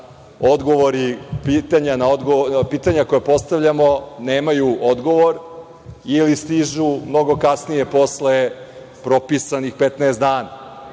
da pitanja koja postavljamo nemaju odgovor ili stižu mnogo kasnije posle propisanih 15 dana.